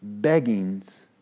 beggings